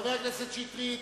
חבר הכנסת שטרית,